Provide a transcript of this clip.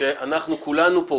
שכולנו פה,